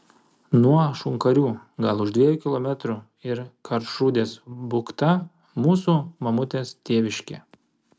nuo šunkarių gal už dviejų kilometrų ir karčrūdės bukta mūsų mamutės tėviškė